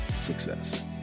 success